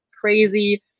crazy